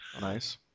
Nice